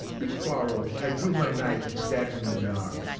we quarrelled. i drew my knife and stabbed him in the arm.